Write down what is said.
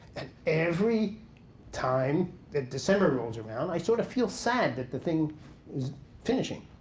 and every time that december rolls around, i sort of feel sad that the thing is finishing.